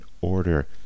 order